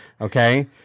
Okay